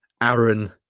Aaron